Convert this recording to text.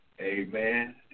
amen